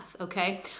okay